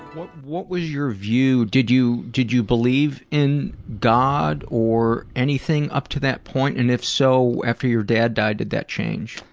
wh-wh-what was your view? did you, did you believe in god, or anything up to that point, and, if so, after your dad died, did that change?